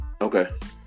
Okay